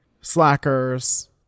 slackers